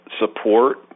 support